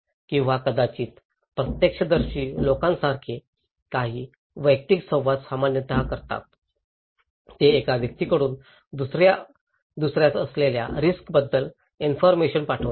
किंवा कदाचित प्रत्यक्षदर्शी लोकांसारखे काही वैयक्तिक संवाद सामान्यतः करतात ते एका व्यक्तीकडून दुसर्यास असलेल्या रिस्क बद्दल इन्फॉरमेशन पाठवतात